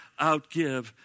outgive